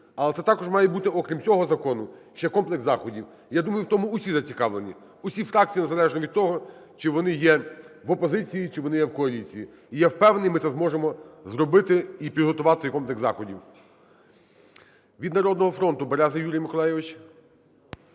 але це також має бути, окрім цього закону, ще комплекс заходів. Я думаю в тому усі зацікавлені, усі фракції, незалежно від того чи вони є в опозиції, чи вони є в коаліції. І я впевнений, ми це зможемо зробити і підготувати цей комплекс заходів. Від "Народного фронту" Береза Юрій Миколайович.